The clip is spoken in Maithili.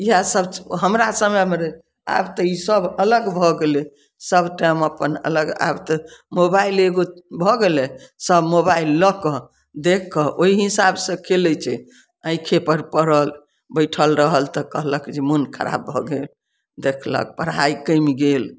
इएह सब हमरा समयमे रहय आब तऽ ई सब अलग भऽ गेलय सब टाइम अप्पन अलग आब तऽ मोबाइल एगो भऽ गेलय सब मोबाइल लअ कऽ देखिकऽ ओइ हिसाबसँ खेलय छै आँखियेपर पड़ल बैठल रहल तऽ कहलक जे मोन खराब भऽ गेल देखलक पढ़ाइ कमि गेल